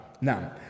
Now